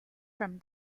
from